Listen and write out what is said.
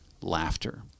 Laughter